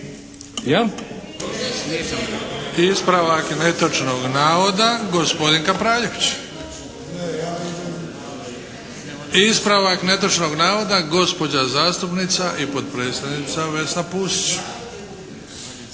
Ispravak netočnog navoda gospodin Kapraljević. Ispravak netočnog navoda gospođa zastupnica i potpredsjednica Vesna Pusić.